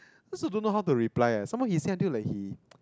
also don't know how to reply leh some more he say until like he